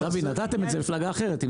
דוד, נתתם את זה למפלגה אחרת.